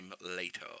later